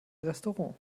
restaurant